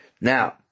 Now